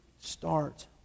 start